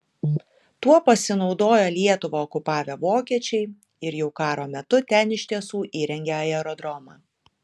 tuo pasinaudojo lietuvą okupavę vokiečiai ir jau karo metu ten iš tiesų įrengė aerodromą